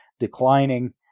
declining